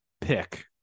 pick